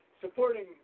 supporting